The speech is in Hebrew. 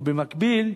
ובמקביל,